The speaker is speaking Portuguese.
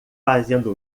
fazendo